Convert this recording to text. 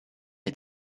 est